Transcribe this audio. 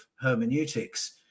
hermeneutics